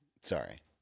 sorry